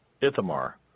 Ithamar